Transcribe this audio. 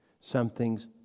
something's